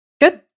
Good